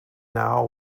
now